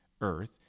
Earth